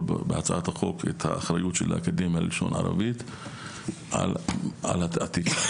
בהצעת החוק את האחריות של האקדמיה ללשון ערבית על הנושא הזה.